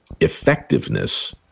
effectiveness